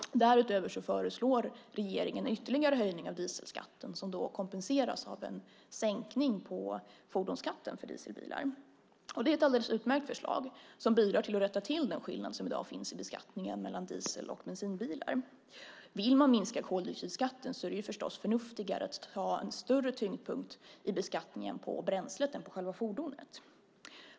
Därutöver föreslår regeringen en ytterligare höjning av dieselskatten, som då kompenseras av en sänkning av fordonsskatten för dieselbilar. Det är ett alldeles utmärkt förslag, som bidrar till att rätta till den skillnad som i dag finns i beskattningen mellan diesel och bensinbilar. Vill man minska koldioxidutsläppen är det förstås förnuftigare att ha en större tyngdpunkt i beskattningen på bränslet än på själva fordonet.